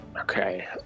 Okay